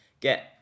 get